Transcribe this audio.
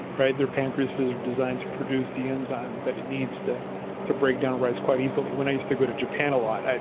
right? their pancreases are designed to produce the enzymes that it needs to to break down rice quite easily. when i used to go to japan a lot,